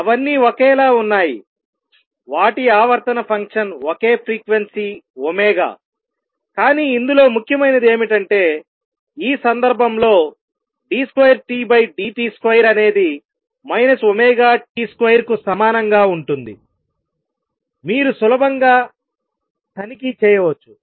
అవన్నీ ఒకేలా ఉన్నాయి వాటి ఆవర్తన ఫంక్షన్ ఒకే ఫ్రీక్వెన్సీ ఒమేగాకానీ ఇందులో ముఖ్యమైనది ఏమిటంటే ఈ సందర్భంలో d2Tdt2 అనేది T2 కు సమానంగా ఉంటుంది మీరు సులభంగా తనిఖీ చేయవచ్చు